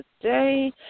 today